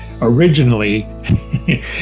originally